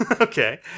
Okay